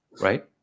Right